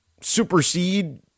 supersede